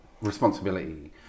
responsibility